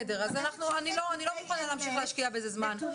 אז אני ממש לא מוכנה להשקיע בזה זמן.